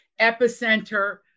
epicenter